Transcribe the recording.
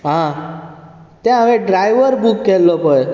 आं तें हांवें ड्रायव्हर बूक केल्लो पळय